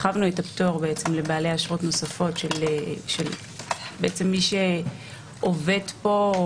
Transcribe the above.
הרחבנו את הפטור לבעלי אשרות נוספות של מי שעובד פה,